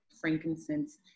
Frankincense